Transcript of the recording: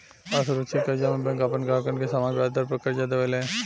असुरक्षित कर्जा में बैंक आपन ग्राहक के सामान्य ब्याज दर पर कर्जा देवे ले